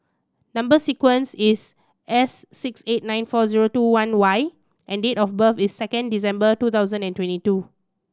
number sequence is S six eight nine four zero two one Y and date of birth is second December two thousand and twenty two